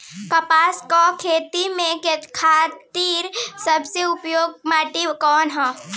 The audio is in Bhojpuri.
कपास क खेती के खातिर सबसे उपयुक्त माटी कवन ह?